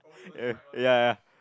ya ya